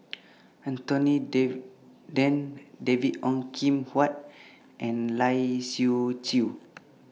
Anthony Then David Ong Kim Huat and Lai Siu Chiu